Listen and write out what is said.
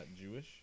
Jewish